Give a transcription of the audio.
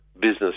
business